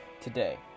today